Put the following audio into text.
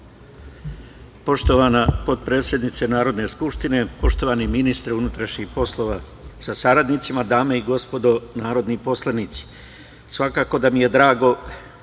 Poštovana potpredsednice Narodne skupštine, poštovani ministre unutrašnjih poslova sa saradnicima, dame i gospodo narodni poslanici, svakako da mi je drago